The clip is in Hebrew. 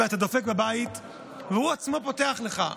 ואתה דופק בבית והוא עצמו פותח לך,